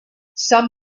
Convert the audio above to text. some